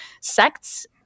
sects